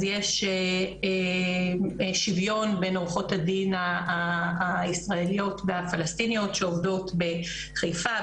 אז יש שוויון בין עורכות הדין הישראליות והפלסטיניות שעובדות בחיפה,